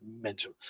mental